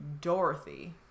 Dorothy